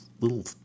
little